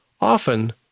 Often